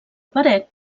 paret